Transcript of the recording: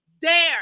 dare